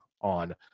on